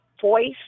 voice